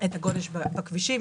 את הגודש בכבישים,